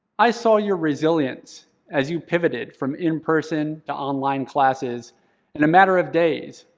i saw your resilience as you pivoted from in-person to online classes in a matter of days,